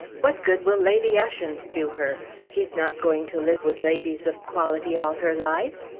what good will lady ushant do her? she's not going to live with ladies of quality all her life.